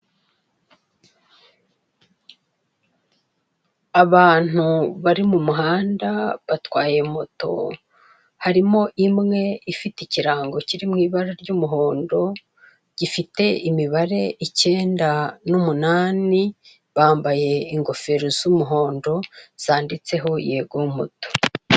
Abantu bari mu muhanda batwaye moto, harimo imwe ifite ikirango kiri mu ibara ry'umuhondo gifite imibare icyenda n'umunani, bambaye ingofero z'umuhondo zanditseho yego moto.